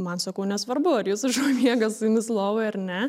man sakau nesvarbu ar jūsų šuo miega su jumis lovoj ar ne